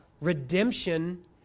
redemption